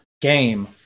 Game